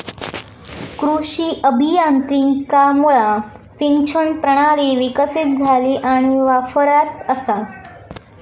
कृषी अभियांत्रिकीमुळा सिंचन प्रणाली विकसीत झाली आणि वापरात असा